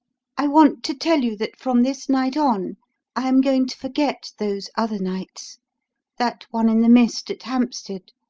i want to tell you that from this night on i am going to forget those other nights that one in the mist at hampstead,